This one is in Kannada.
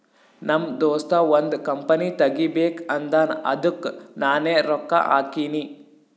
ನಮ್ ದೋಸ್ತ ಒಂದ್ ಕಂಪನಿ ತೆಗಿಬೇಕ್ ಅಂದಾನ್ ಅದ್ದುಕ್ ನಾನೇ ರೊಕ್ಕಾ ಹಾಕಿನಿ